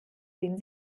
den